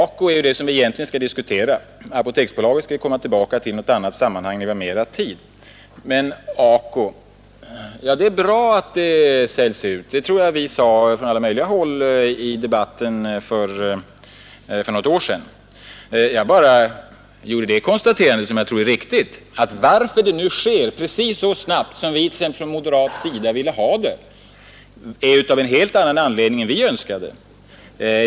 Men det är ACO vi här egentligen skall diskutera. Apoteksbolaget kan vi komma tillbaka till i annat sammanhang, när vi har bättre tid. Och beträffande ACO tycker jag det är bra att det säljs ut. Det tror jag också att vi framhöll från många håll i debatten för något år sedan. Jag gjorde nu bara det som jag tror riktiga konstaterandet att orsaken till att omändringen nu sker precis så snabbt som vi från moderat håll ville är en helt annan än den vi önskade.